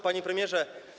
Panie Premierze!